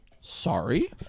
sorry